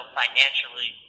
financially